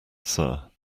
sir